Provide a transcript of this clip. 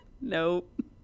Nope